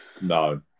No